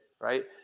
right